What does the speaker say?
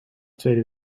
tweede